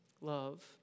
Love